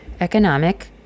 economic